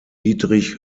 dietrich